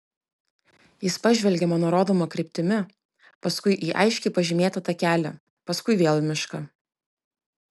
jis pažvelgė mano rodoma kryptimi paskui į aiškiai pažymėtą takelį paskui vėl į mišką